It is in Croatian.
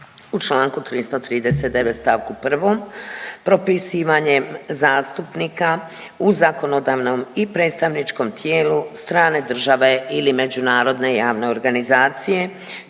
u čl. 339. st. 1., propisivanjem zastupnika u zakonodavnom i predstavničkom tijelu, strane države ili međunarodne javne organizacije